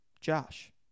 Josh